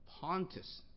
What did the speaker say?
Pontus